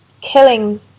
killing